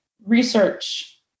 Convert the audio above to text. research